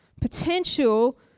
potential